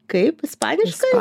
kaip ispaniškai